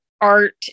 art